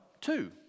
two